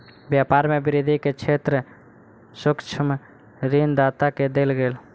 व्यापार में वृद्धि के श्रेय सूक्ष्म ऋण दाता के देल गेल